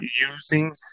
using